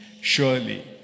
Surely